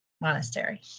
monastery